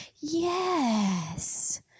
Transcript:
Yes